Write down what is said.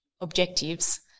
objectives